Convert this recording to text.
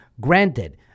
granted